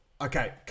Okay